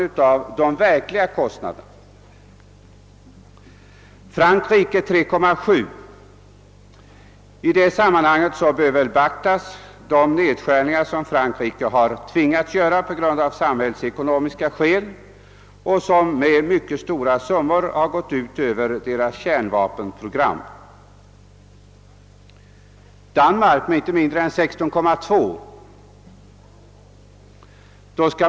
Frankrike ökar försvarskostnaderna med 3,7 procent. Därvid bör man beakta de nedskärningar som Frankrike av samhällsekonomiska skäl tvingats göra och som med mycket stora belopp gått ut över kärnvapenprogrammet. Danmark ökar sina försvarskostnader med inte mindre än 16,2 procent.